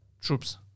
troops